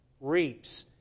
reaps